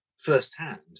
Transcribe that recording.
firsthand